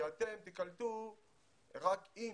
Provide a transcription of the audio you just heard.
שאתם תיקלטו רק אם,